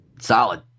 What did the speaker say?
solid